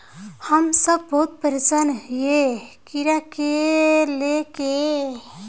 हम सब बहुत परेशान हिये कीड़ा के ले के?